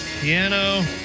Piano